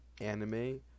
Anime